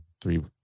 three